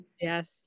Yes